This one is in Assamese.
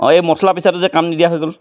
অঁ এই মছলা পিছাটো যে কাম নিদিয়া হৈ গ'ল